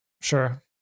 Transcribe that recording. sure